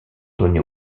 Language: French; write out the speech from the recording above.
donnée